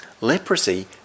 Leprosy